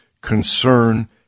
concern